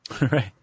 Right